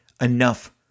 enough